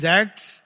acts